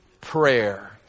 prayer